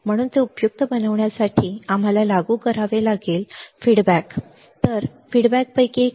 म्हणून ते उपयुक्त बनवण्यासाठी आम्हाला लागू करावे लागेल आम्हाला फीडबॅक अभिप्राय लागू करावा लागेल